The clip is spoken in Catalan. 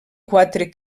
quatre